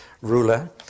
ruler